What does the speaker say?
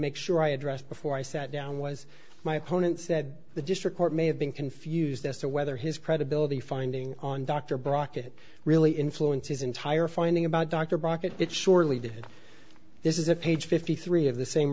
make sure i addressed before i sat down was my opponent said the district court may have been confused as to whether his credibility finding on dr brockett really influenced his entire finding about dr brackett it surely did this is a page fifty three of the same